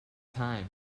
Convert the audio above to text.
time